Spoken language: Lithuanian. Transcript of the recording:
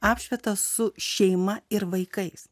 apšvita su šeima ir vaikais